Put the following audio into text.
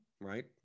right